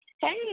Hey